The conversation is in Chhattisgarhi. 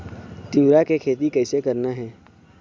तिऊरा के खेती कइसे करना हे?